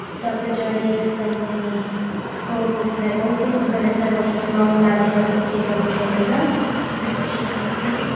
dr jodie explained to me it's called the snowball thing because when a snowball keeps rolling down the hill it gets bigger and bigger and bigger, and that's what she explained to me.